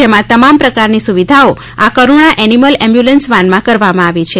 જેમાં તમામ પ્રકારની સુવિધાઓ આ કરૂણા એનિમલ એમ્બ્યુલન્સ વાનમાં કરવામાં આવી છે